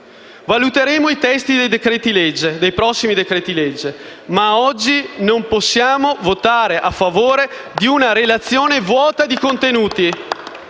Valuteremo i testi dei prossimi decreti-legge, ma oggi non possiamo votare a favore di una relazione vuota di contenuti.